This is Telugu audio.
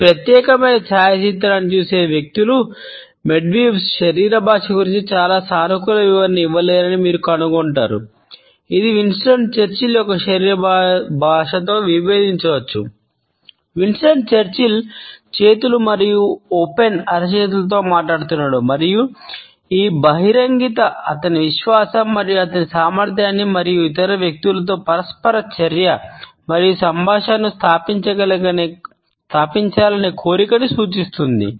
ఈ ప్రత్యేకమైన ఛాయాచిత్రాన్ని చూసే వ్యక్తులు మెద్వెదేవ్స్ అతని విశ్వాసం మరియు అతని సామర్థ్యాన్ని మరియు ఇతర వ్యక్తులతో పరస్పర చర్య మరియు సంభాషణను స్థాపించాలనే కోరికను సూచిస్తుంది